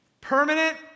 permanent